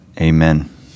amen